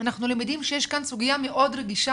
אנחנו למדים שיש כאן סוגיה מאוד רגישה